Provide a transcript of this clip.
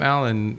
Alan